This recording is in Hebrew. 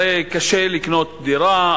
הרי קשה לקנות דירה.